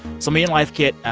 so me and life kit,